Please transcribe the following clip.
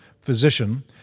physician